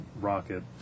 rocket